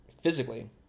physically